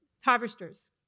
harvesters